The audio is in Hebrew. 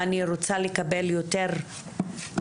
ואני רוצה לקבל יותר מידע.